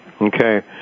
Okay